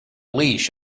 leash